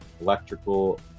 electrical